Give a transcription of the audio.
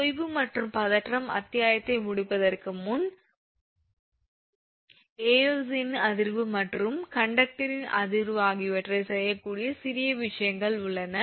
தொய்வு மற்றும் பதற்றம் அத்தியாயத்தை முடிப்பதற்கு முன் ஏயோலியன் அதிர்வு அல்லது கண்டக்டரின் அதிர்வு ஆகியவற்றைச் செய்யக்கூடிய சிறிய விஷயங்கள் உள்ளன